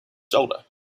shoulder